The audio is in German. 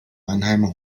mannheimer